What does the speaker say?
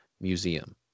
Museum